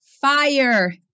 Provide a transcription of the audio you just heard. Fire